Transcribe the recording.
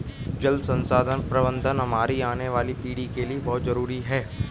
जल संसाधन प्रबंधन हमारी आने वाली पीढ़ी के लिए बहुत जरूरी है